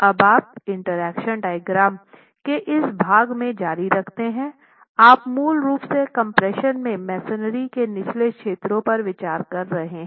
अब आप interaction diagram के इस भाग में जारी रखते हैं आप मूल रूप से कम्प्रेशन में मेसनरी के निचले क्षेत्रों पर विचार कर रहे हैं